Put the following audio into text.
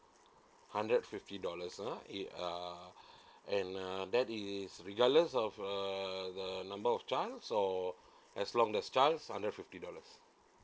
hundred fifty dollars so uh it uh and uh that is regardless of uh the number of child so as long there's child it's a hundred fifty dollars